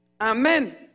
Amen